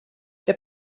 der